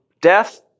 death